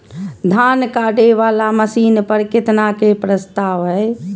धान काटे वाला मशीन पर केतना के प्रस्ताव हय?